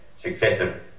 successive